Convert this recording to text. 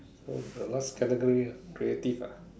oh the last category ah creative ah